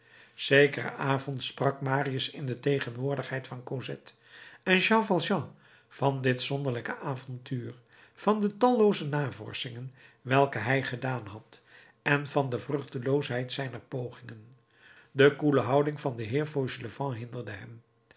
zekeren avond sprak marius in de tegenwoordigheid van cosette en jean valjean van dit zonderlinge avontuur van de tallooze navorschingen welke hij gedaan had en van de vruchteloosheid zijner pogingen de koele houding van den heer fauchelevent hinderde hem